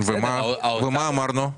ומה אמרנו?